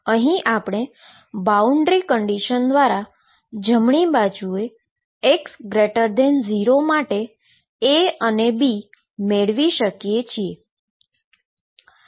અને આપણે boundary condition દ્વારા જમણી બાજુએ x0 માટે A અને B મેળવી શકીએ છીએ